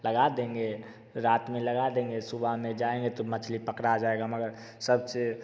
लगा देंगे रात में लगा देंगे सुबह में जाएँगे तो मछली पकड़ा जाएगा मगर सबसे